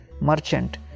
merchant